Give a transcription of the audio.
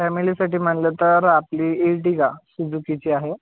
फॅमिलीसाठी म्हटलं तर आपली ईर्टीगा सुजुकीची आहे